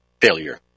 failure